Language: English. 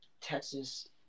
Texas